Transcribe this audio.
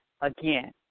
Again